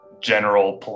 general